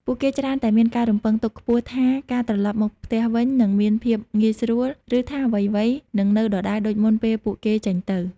ពួកគេច្រើនតែមានការរំពឹងទុកខ្ពស់ថាការត្រឡប់មកផ្ទះវិញនឹងមានភាពងាយស្រួល ឬថាអ្វីៗនឹងនៅដដែលដូចមុនពេលពួកគេចេញទៅ។